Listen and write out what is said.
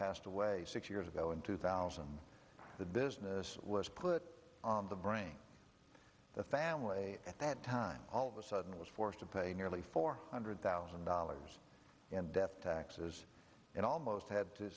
passed away six years ago in two thousand the business was put on the brake the family at that time all of a sudden was forced to pay nearly four hundred thousand dollars in death taxes and almost had to